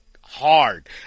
hard